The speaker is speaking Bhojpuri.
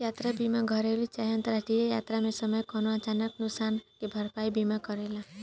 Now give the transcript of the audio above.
यात्रा बीमा घरेलु चाहे अंतरराष्ट्रीय यात्रा के समय कवनो अचानक नुकसान के भरपाई बीमा करेला